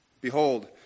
Behold